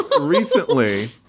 recently